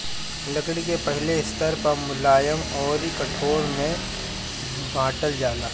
लकड़ी के पहिले स्तर पअ मुलायम अउर कठोर में बांटल जाला